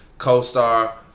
co-star